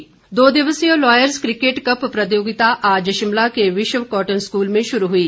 cricket दो दिवसीय lawyers cricket cup प्रतियोगिता आज शिमला के बिशप कॉटन स्कूल में शुरू हुई